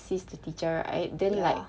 assist the teacher right I then like